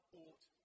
ought